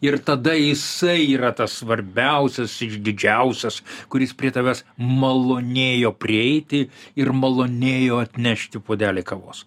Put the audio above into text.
ir tada jisai yra tas svarbiausias išdidžiausias kuris prie tavęs malonėjo prieiti ir malonėjo atnešti puodelį kavos